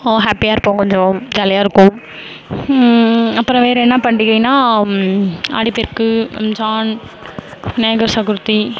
ஹேப்பியாக இருப்போம் கொஞ்சம் ஜாலியாக இருக்கும் அப்புறம் வேறே என்ன பண்டிகைனால் ஆடிப்பெருக்கு ரம்ஜான் விநாயகர் சதுர்த்தி